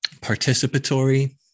participatory